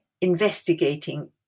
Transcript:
investigating